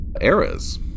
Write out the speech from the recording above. eras